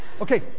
Okay